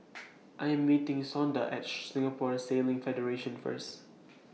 I Am meeting Shonda At Singapore Sailing Federation First